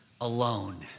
alone